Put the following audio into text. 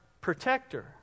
protector